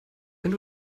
wenn